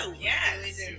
Yes